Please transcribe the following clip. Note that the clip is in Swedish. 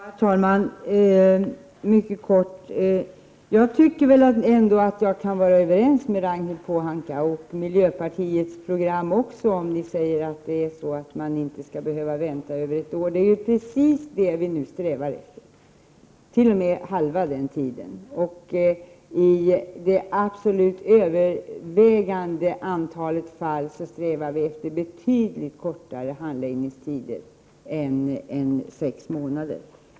Herr talman! Mycket kort: Jag tycker ändå jag kan vara överens med 7 april 1989 Ragnhild Pohanka, och med miljöpartiets program också, om ni säger att man inte skall behöva vänta över ett år. Det är ju precis det vi nu strävar efter —-t.o.m. halva den tiden. I det absolut övervägande antalet fall strävar vi efter betydligt kortare handläggningstider än sex månader.